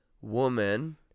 woman